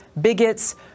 bigots